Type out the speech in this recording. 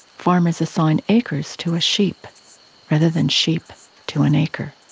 farmers assign acres to a sheep rather than sheep to an acre.